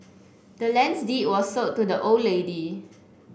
the land's deed was sold to the old lady